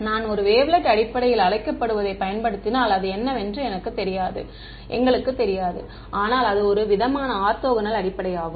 நான் ஒரு வேவ்லெட் அடிப்படையில் அழைக்கப்படுவதைப் பயன்படுத்தினால் அது என்னவென்று எங்களுக்குத் தெரியாது ஆனால் இது ஒரு விதமான ஆர்த்தோகனல் அடிப்படையாகும்